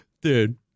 Dude